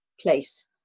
place